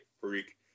freak